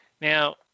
now